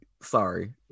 sorry